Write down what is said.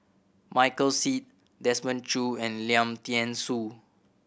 Michael Seet Desmond Choo and Lim Thean Soo